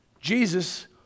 Jesus